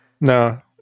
no